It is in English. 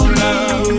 love